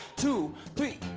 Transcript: two, three.